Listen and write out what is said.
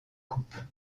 coupe